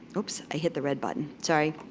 oops, i hit the red button, sorry.